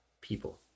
people